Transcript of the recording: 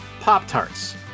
Pop-Tarts